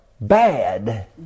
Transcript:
bad